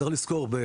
צריך לזכור.